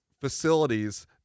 facilities